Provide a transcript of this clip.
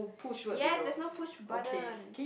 yes there's no push button